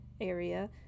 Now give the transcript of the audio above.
area